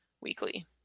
weekly